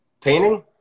Painting